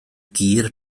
gur